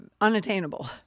unattainable